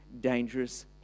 dangerous